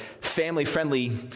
family-friendly